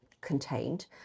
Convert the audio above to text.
contained